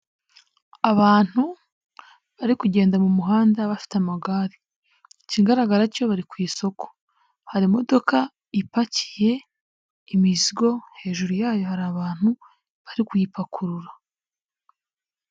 Abantu bari kugenda mu muhanda bafite amagare, ikigaragara cyo bari ku isoko, hari imodoka ipakiye imizigo hejuru yayo hari abantu bari kuyipakurura.